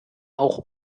auch